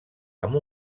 amb